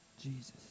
Jesus